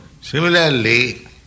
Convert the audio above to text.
Similarly